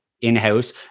in-house